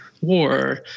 war